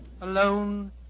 Alone